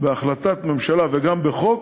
בהחלטת ממשלה וגם בחוק